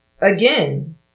again